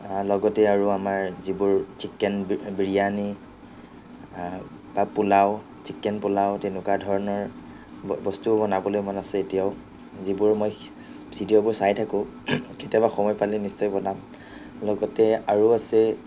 লগতে আৰু আমাৰ যিবোৰ চিকেন বি বিৰিয়ানী বা পোলাও চিকেন পোলাও তেনেকুৱা ধৰণৰ বস্তুও বনাবলৈ মন আছে এতিয়াও যিবোৰ মই ভিডিঅ'বোৰ চাই থাকোঁ কেতিয়াবা সময় পালে নিশ্চয় বনাম লগতে আৰু আছে